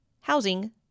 housing